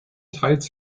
teils